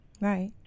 Right